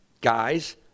guys